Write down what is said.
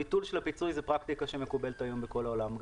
ביטול הפיצוי היא פרקטיקה שמקובלת היום בכל העולם.